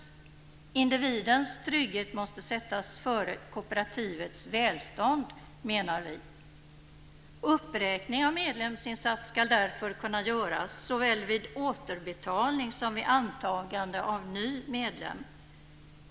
Individens trygghet måste sättas före kooperativets välstånd, menar vi. Uppräkning av medlemsinsats ska därför kunna göras såväl vid återbetalning som vid antagande av ny medlem.